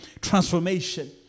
Transformation